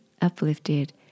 uplifted